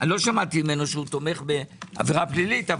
לא שמעתי ממנו שתומך בעבירה פלילית.